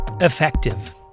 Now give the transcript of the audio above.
effective